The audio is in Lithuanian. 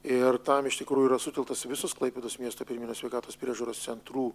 ir tam iš tikrųjų yra sutelktos visos klaipėdos miesto pirminės sveikatos priežiūros centrų